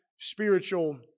spiritual